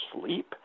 sleep